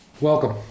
welcome